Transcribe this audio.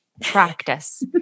practice